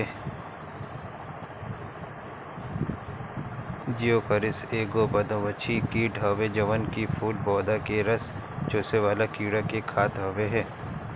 Geocoris एगो परभक्षी कीट हवे जवन की फूल पौधा के रस चुसेवाला कीड़ा के खात हवे